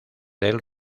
del